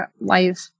life